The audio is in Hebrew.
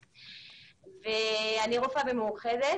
עכשיו אני רופאה במאוחדת.